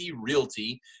realty